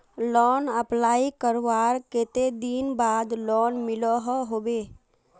Loan apply करवार कते दिन बाद लोन मिलोहो होबे?